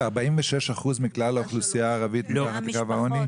46% מכלל האוכלוסייה הערבית מתחת לקו העוני?